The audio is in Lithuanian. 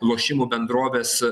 lošimų bendrovės